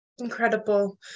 Incredible